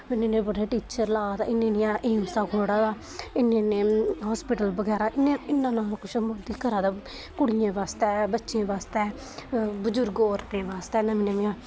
इन्ने इन्ने बड़े टीचर ला दा इन्ने इन्ने इंस्टीट्यूट खोह्ल्ला दा इन्ने इन्ने हॉसपिटल बगैरा इन्ना इन्ना किश मोदी करा दा कुड़ियें बास्तै बच्चें बास्तै बजुर्गो औरतें बास्तै नमियां नमियां